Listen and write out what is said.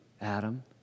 Adam